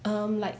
um like